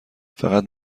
فقط